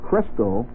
crystal